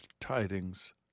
tidings